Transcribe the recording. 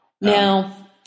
Now